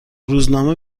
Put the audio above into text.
روزنامه